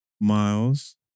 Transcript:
Miles